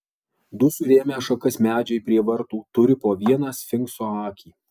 du surėmę šakas medžiai prie vartų turi po vieną sfinkso akį